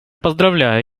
поздравляю